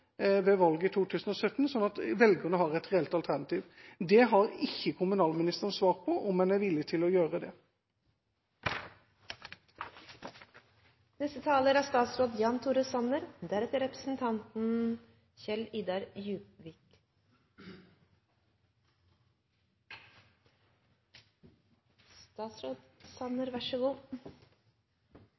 ved valget i 2017, slik at velgerne har et reelt alternativ. Kommunalministeren har ikke svart på om en er villig til å gjøre det. Det er